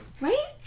Right